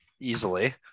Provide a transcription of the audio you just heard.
Easily